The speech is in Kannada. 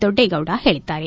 ದೊಡ್ಡೇಗೌಡ ಹೇಳಿದ್ದಾರೆ